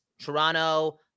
toronto